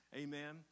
amen